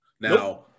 Now